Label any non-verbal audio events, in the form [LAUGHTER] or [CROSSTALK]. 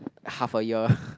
half a year [BREATH]